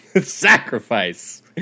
Sacrifice